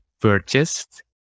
purchased